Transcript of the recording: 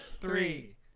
Three